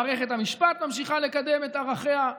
מערכת המשפט ממשיכה לקדם את ערכיה,